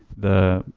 the